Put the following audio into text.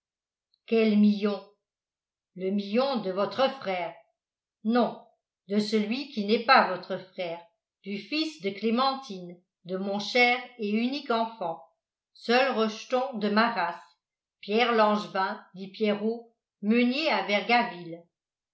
quel million le million de votre frère non de celui qui n'est pas votre frère du fils de clémentine de mon cher et unique enfant seul rejeton de ma race pierre langevin dit pierrot meunier à